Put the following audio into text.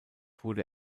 wurde